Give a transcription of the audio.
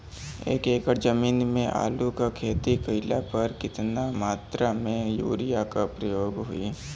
एक एकड़ जमीन में आलू क खेती कइला पर कितना मात्रा में यूरिया क प्रयोग होई?